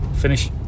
finish